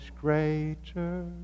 greater